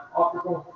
optical